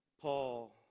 Paul